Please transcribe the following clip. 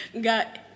got –